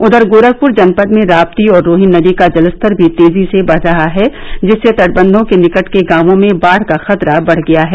उधर गोरखप्र जनपद में राप्ती और रोहिन नदी का जलस्तर भी तेजी से बढ़ रहा है जिससे तटबंधों के निकट के गांवों में बाढ़ का खतरा बढ़ गया है